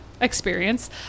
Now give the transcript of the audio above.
experience